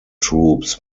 troops